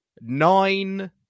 nine